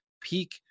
peak